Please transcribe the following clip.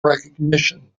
recognition